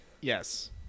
Yes